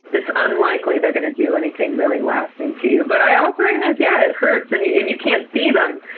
it's unlikely they're going to do anything really lasting to you, but i also recognize, yeah, it hurts and you and you can't see them,